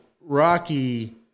Rocky